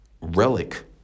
relic